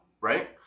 Right